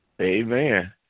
Amen